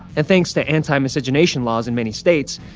and thanks to anti-miscegenation laws in many states,